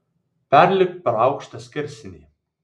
perlipk per aukštą skersinį